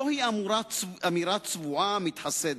זוהי אמירה צבועה, מתחסדת.